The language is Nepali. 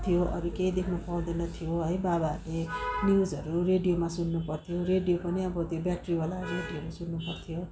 थियो अरू केही देख्न पाउँदैन थियो है बाबाहरूले न्युजहरू रेडियोमा सुन्नुपर्थ्यो रेडियो पनि अब त्यो ब्याट्रीवाला रेडियोहरू सुन्नुपर्थ्यो